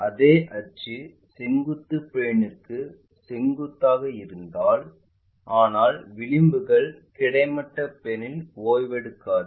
அதே அச்சு செங்குத்து பிளேன்ற்கு செங்குத்தாக இருந்தால் ஆனால் விளிம்புகள் கிடைமட்ட பிளேன்இல் ஓய்வெடுக்காது